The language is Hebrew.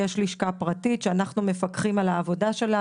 יש לשכה פרטית שאנחנו מפקחים על העבודה שלה.